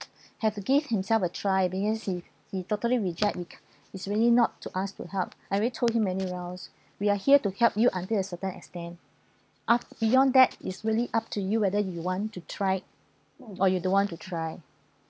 have to give himself a try because he he totally reject we can't is really not to us to help I already told him many rounds we are here to help you until a certain extend af~ beyond that is really up to you whether you want to try or you don't want to try